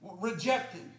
rejected